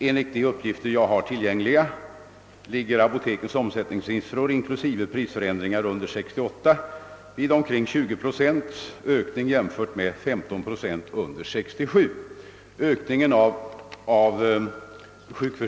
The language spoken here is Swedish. Enligt de "uppgifter jag har tillgängliga ökade apotekens omsättningssiffror in klusive prisförändringar 1968 med omkring 20 procent, jämfört med en ökning om 15 procent under 1967.